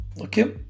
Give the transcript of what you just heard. Okay